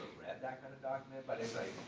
read that kind of document, but it's like,